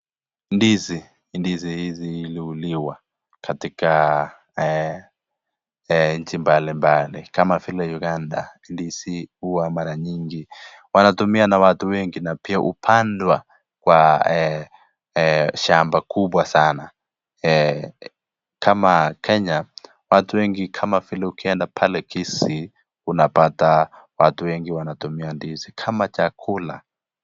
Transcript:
Ndizi hizi iliuziwa katika nchi mbali mbali kama vile uganda, ndizi huwa mara nyingi wanatumia na watu wengi na pia hupandwa wa shamba kubwa sana kama kenya, watu wengi kama vile ukienda pale kisii unapata watu wengi wanatumia ndizi kama chakula.